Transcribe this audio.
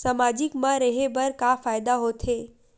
सामाजिक मा रहे बार का फ़ायदा होथे?